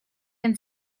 can